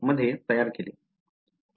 मध्ये तयार केले